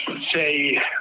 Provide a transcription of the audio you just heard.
say